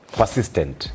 persistent